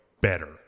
better